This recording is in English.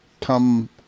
Come